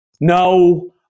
No